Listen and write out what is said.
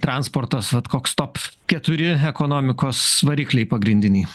transportas vat koks top keturi ekonomikos varikliai pagrindiniai